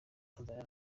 tanzania